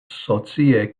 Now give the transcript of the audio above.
socie